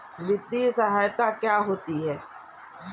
वित्तीय सहायता क्या होती है?